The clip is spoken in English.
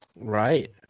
right